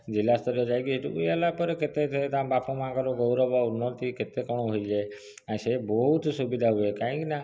ଜିଲ୍ଲା ସ୍ତରୀୟ ଯାଇକି ହେଠୁ ଇଏ ହେଲା ପରେ କେତେ ତାଙ୍କ ବାପ ମା'ଙ୍କର ଗୌରବ ଉନ୍ନତି କେତେ କ'ଣ ହୋଇଯାଏ ଆଉ ସେ ବହୁତ ସୁବିଧା ହୁଏ କାହିଁକିନା